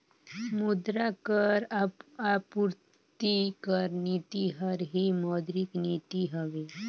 मुद्रा कर आपूरति कर नीति हर ही मौद्रिक नीति हवे